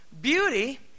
Beauty